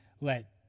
let